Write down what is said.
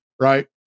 right